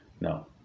No